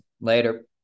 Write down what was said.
later